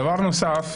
דבר נוסף,